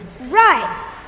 Right